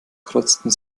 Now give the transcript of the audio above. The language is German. kreuzten